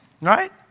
right